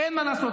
אין מה לעשות,